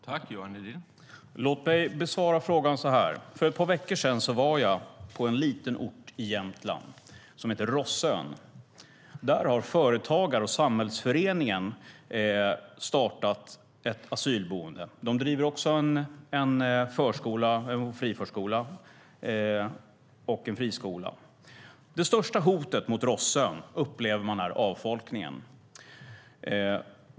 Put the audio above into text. Herr talman! Låt mig besvara frågan så här. För ett par veckor sedan var jag på en liten ort i Jämtland som heter Rossön. Där har företagare och samhällsföreningen startat ett asylboende. De driver också en friförskola och en friskola. Det största hotet mot Rossön upplever man är avfolkningen.